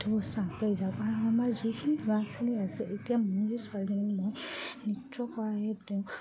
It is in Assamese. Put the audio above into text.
সেইটো বস্তু আগবাঢ়ি যাওঁ কাৰণ আমাৰ যিখিনি ল'ৰা ছোৱালী আছে এতিয়া মোৰেই ছোৱালীজনী মই নৃত্য কৰাহে তেওঁ